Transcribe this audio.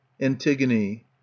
Antigone